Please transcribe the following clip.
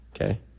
okay